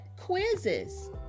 quizzes